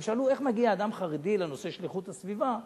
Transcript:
הם שאלו: איך מגיע אדם חרדי לנושא של איכות הסביבה?